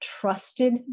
trusted